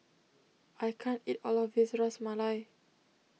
I can't eat all of this Ras Malai